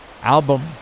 album